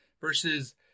versus